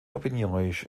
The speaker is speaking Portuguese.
opiniões